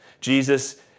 Jesus